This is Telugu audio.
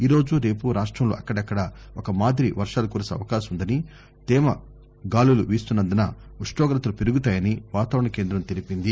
ఈరోజు రేపు రాష్టంలో అక్కడక్కడా ఒక మాదిరి వర్వాలు కురిసే అవకాశం ఉందని తేమ గాలులు వీస్తున్నందున ఉష్ణోగ్రతలు పెరుగుతాయని వాతావరణ కేందం తెలిపింది